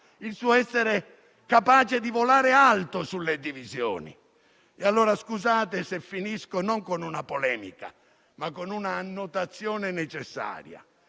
il suo essere capace di volare alto sulle divisioni. Scusate allora se finisco non con una polemica, ma con un'annotazione necessaria